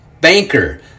banker